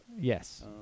Yes